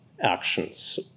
actions